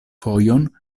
fojon